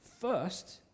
First